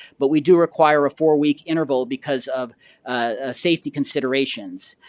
but we do require a four week interval because of ah safety considerations.